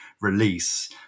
release